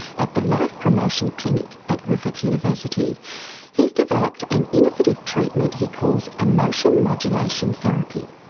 at the life promotion clinic at griffith university he's developed an innovative treatment he calls emotion modulation therapy.